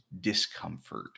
discomfort